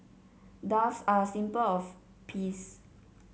doves are a symbol of peace